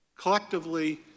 Collectively